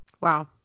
Wow